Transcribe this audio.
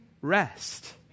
rest